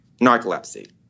narcolepsy